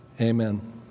Amen